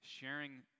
sharing